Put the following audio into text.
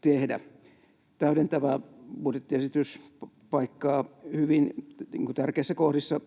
tehdä. Täydentävä budjettiesitys paikkaa hyvin tärkeissä kohdissa